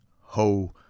Ho